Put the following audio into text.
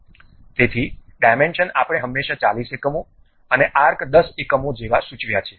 તેથી ડાયમેન્શન આપણે હંમેશાં 40 એકમો અને આર્ક 10 એકમો જેવા સૂચવ્યા છે